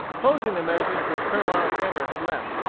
opposing the measures which colonel alexander had left.